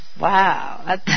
Wow